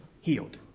healed